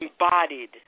embodied